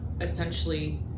essentially